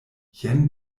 jen